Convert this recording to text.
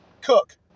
cook